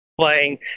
playing